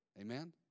Amen